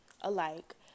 alike